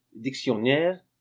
dictionnaire